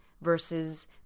versus